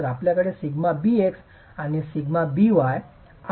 तर आपल्याकडे σbx आणि σby आहे